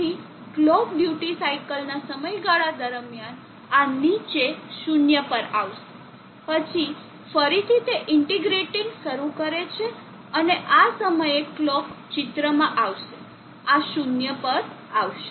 તેથી clock duty સાઇકલના સમયગાળા દરમિયાન આ નીચે શૂન્ય પર આવશે પછી ફરીથી તે ઇન્ટિગ્રેટીંગ શરૂ કરે છે અને આ સમયે કલોક ચિત્રમાં આવશે આ શૂન્ય પર આવશે